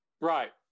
right